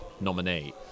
nominee